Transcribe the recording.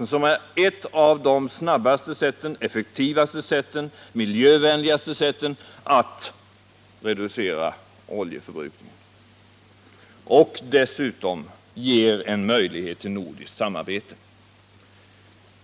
Ett utnyttjande av naturgas är ett av de snabbaste, effektivaste och miljövänligaste sätten att reducera oljeförbrukningen. Det ger dessutom en möjlighet till nordiskt samarbete.